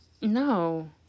No